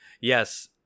Yes